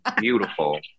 Beautiful